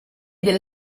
delle